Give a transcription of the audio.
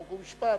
חוק ומשפט,